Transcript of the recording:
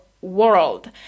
world